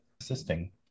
assisting